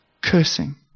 Cursing